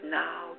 now